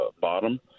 bottom